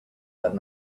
that